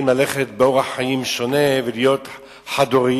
לחיות באורח חיים שונה ולהיות חד-הוריים.